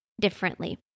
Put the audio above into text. differently